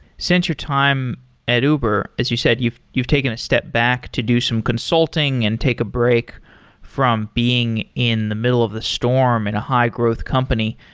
since your time and uber, as you said, you've you've taken a step back to do some consulting and take a break from being in the middle of the storm in a high-growth company.